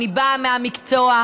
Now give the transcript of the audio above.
אני באה מהמקצוע.